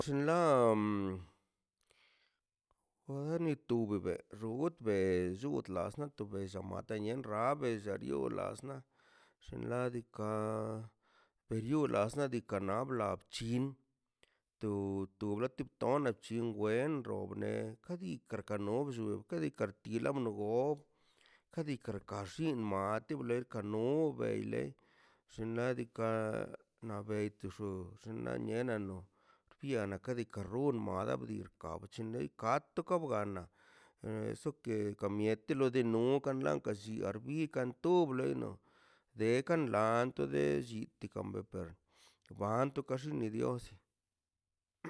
Xinla oanitu bebe xootbə nata bella rat abell a rio lasna xinladika birionazna kanabla chin tu tu laple tone bc̱hin wen ro one kadidrka nar nome e kartina nobo kadika rllima a ti ne karno weile xinladika na betxu ñanena no biana kadika run mara bri gap chnle gadto gabiana eso que ka mieti lo de no ka lanka lliar birkan to bleno dekan lanto de llitki kan ga per wanto ka xini dios